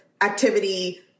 activity